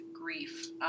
grief